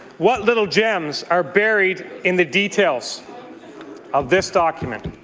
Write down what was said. what little gems are buried in the details of this document.